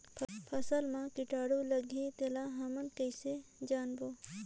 फसल मा कीटाणु लगही तेला हमन कइसे जानबो?